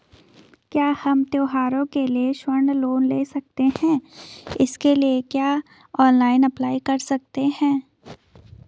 क्या हम त्यौहारों के लिए स्वर्ण लोन ले सकते हैं इसके लिए क्या ऑनलाइन अप्लाई कर सकते हैं?